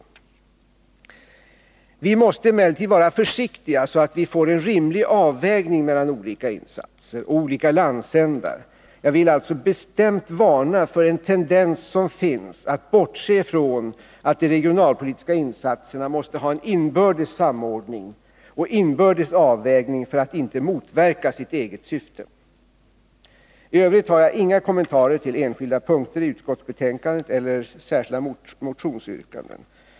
Vi måste emellertid vara försiktiga, så att vi får en rimlig avvägning mellan olika insatser och olika landsändar. Jag vill alltså bestämt varna för den tendens som finns, att bortse från att de regionalpolitiska insatserna måste ha en inbördes samordning och en inbördes avvägning för att inte motverka sitt syfte. I övrigt har jag inga kommentarer till enskilda punkter i utskottsbetänkandet eller till särskilda motionsyrkanden.